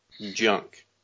junk